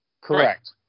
Correct